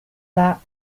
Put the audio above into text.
lot